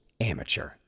amateur